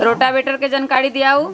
Rotavator के जानकारी दिआउ?